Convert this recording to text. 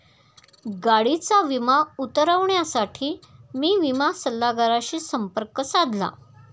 गाडीचा विमा उतरवण्यासाठी मी विमा सल्लागाराशी संपर्क साधला